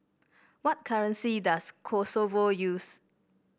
what currency does Kosovo use